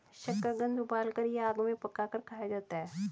शकरकंद उबालकर या आग में पकाकर खाया जाता है